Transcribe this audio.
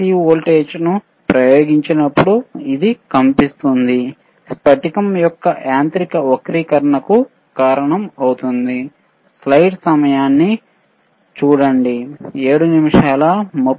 C వోల్టేజ్కు ప్రయోగించినప్పుడు ఇది కంపిస్తుంది స్పటికం యొక్క యాంత్రిక వక్రీకరణకు కారణమవుతుంది